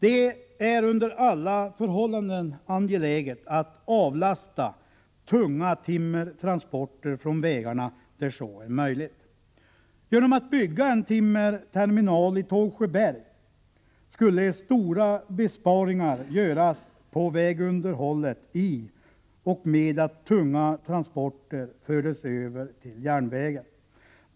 Det är under alla förhållanden angeläget att avlasta tunga timmertransporter från vägarna där så är möjligt. Genom att bygga en timmerterminal i Tågsjöberg skulle man kunna göra stora besparingar på vägunderhållet i och med att tunga transporter fördes över till järnvägen.